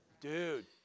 dude